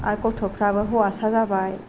आरो गथ'फ्राबो हौवासा जाबाय